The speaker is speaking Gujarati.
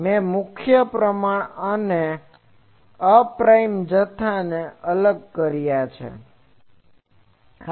તેથી મેં મુખ્ય પ્રમાણ અને અપ્રાઇમ જથ્થાને અલગ કર્યા છે